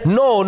no